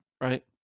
right